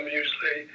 usually